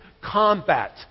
combat